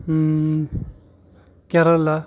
Kerala